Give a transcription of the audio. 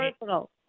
personal